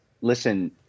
listen